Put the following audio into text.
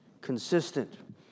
consistent